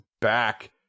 back